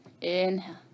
Inhale